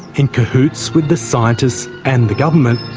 in cahoots with the scientists and the government,